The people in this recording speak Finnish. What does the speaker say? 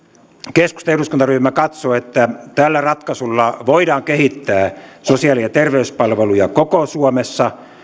keskustan eduskuntaryhmä katsoo että tällä ratkaisulla voidaan kehittää sosiaali ja terveyspalveluja koko suomessa sekä